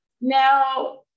Now